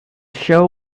show